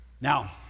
Now